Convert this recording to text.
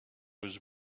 was